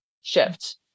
shift